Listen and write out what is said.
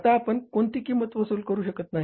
आता आपण कोणती किंमत वसूल करू शकत नाही